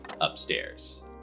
upstairs